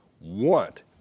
want